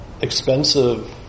expensive